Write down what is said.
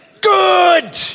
good